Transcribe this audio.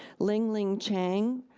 ling ling chang,